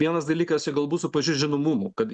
vienas dalykas čia galbūt su pačiu žinomumu kad